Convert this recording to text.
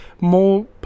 more